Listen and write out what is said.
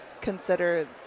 consider